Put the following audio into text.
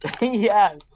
Yes